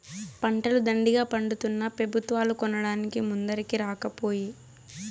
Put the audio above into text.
పంటలు దండిగా పండితున్నా పెబుత్వాలు కొనడానికి ముందరికి రాకపోయే